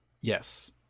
Yes